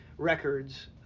Records